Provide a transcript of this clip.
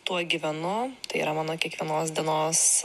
tuo gyvenu tai yra mano kiekvienos dienos